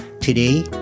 Today